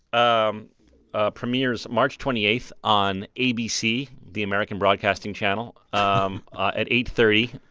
um ah premieres march twenty eight on abc, the american broadcasting channel, um at eight thirty,